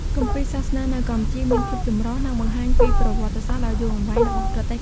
គម្ពីរសាសនានៅកម្ពុជា មានភាពចម្រុះ និងបង្ហាញពីប្រវត្តិសាសនាដ៏យូរអង្វែងរបស់ប្រទេស។